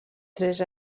tres